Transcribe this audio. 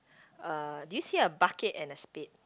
uh do you see a bucket and a spade